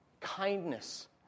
kindness